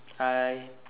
I